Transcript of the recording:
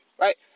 right